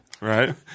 Right